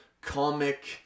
comic